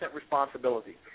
responsibility